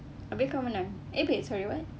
abeh kau menang eh babe sorry what